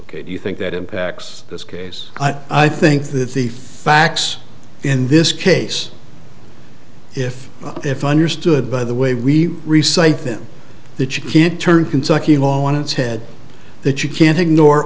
ok do you think that impacts this case i think that the facts in this case if if understood by the way we re cite them that you can't turn consecutive all on its head that you can't ignore